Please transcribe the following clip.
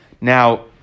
Now